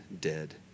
dead